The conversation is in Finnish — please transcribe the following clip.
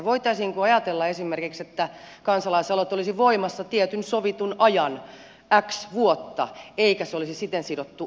voitaisiinko ajatella esimerkiksi että kansalaisaloite olisi voimassa tietyn sovitun ajan x vuotta eikä se olisi siten sidottu eduskunnan vaalikausiin